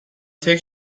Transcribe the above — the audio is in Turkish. tek